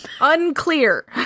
Unclear